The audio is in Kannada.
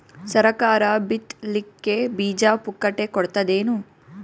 ಸರಕಾರ ಬಿತ್ ಲಿಕ್ಕೆ ಬೀಜ ಪುಕ್ಕಟೆ ಕೊಡತದೇನು?